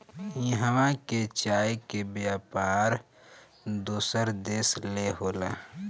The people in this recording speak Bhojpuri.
इहवां के चाय के व्यापार दोसर देश ले होला